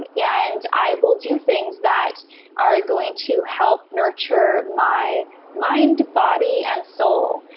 and and i will do things that are going to help nurture my mind, body and soul.